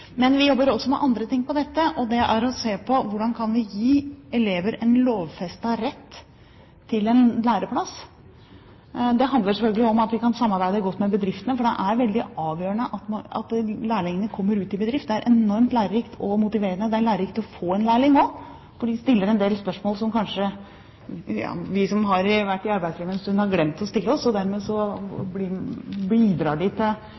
se på hvordan vi kan gi elever en lovfestet rett til en læreplass. Det handler selvfølgelig om at vi kan samarbeide godt med bedriftene, for det er veldig avgjørende at lærlingene kommer ut i bedrifter. Det er enormt lærerikt og motiverende. Det er lærerikt å få en lærling også, for de stiller en del spørsmål som kanskje vi som har vært i arbeidslivet en stund, har glemt å stille oss. Dermed bidrar de også til